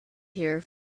here